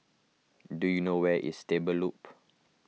do you know where is Stable Loop